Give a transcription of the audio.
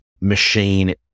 machine